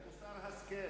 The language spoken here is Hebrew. זה מוסר השכל.